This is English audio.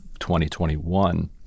2021